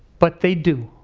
but they do.